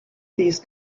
these